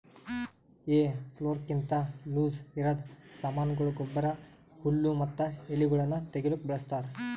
ಹೇ ಫೋರ್ಕ್ಲಿಂತ ಲೂಸಇರದ್ ಸಾಮಾನಗೊಳ, ಗೊಬ್ಬರ, ಹುಲ್ಲು ಮತ್ತ ಎಲಿಗೊಳನ್ನು ತೆಗಿಲುಕ ಬಳಸ್ತಾರ್